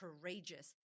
courageous